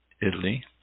Italy